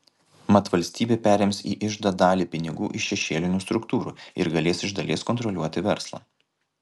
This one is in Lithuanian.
mat valstybė perims į iždą dalį pinigų iš šešėlinių struktūrų ir galės iš dalies kontroliuoti verslą